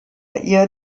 ihr